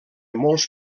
molt